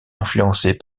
influencées